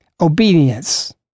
obedience